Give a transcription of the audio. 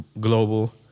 global